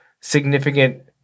significant